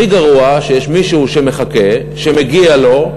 הכי גרוע, שיש מישהו שמחכה, שמגיע לו,